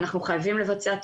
אנחנו חייבים לבצע תשאול,